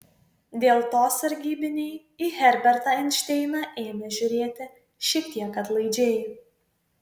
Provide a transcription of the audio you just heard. dėl to sargybiniai į herbertą einšteiną ėmė žiūrėti šiek tiek atlaidžiai